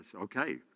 okay